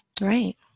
Right